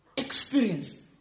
experience